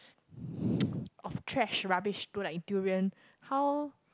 of trash rubbish don't like durian how